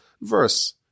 verse